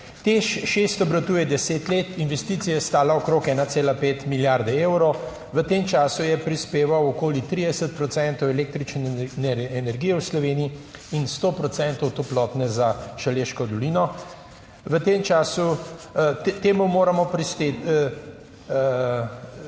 TEŠ 6 obratuje deset let, investicija je stala okrog 1,5 milijarde evrov, v tem času je prispeval okoli 30 procentov električne energije v Sloveniji in 100 procentov toplote za Šaleško dolino. V tem času je pridelal